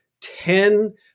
ten